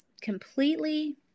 completely